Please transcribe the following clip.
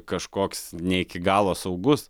kažkoks ne iki galo saugus